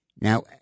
Now